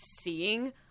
seeing